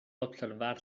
observar